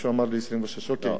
מישהו אמר לי 26. אוקיי,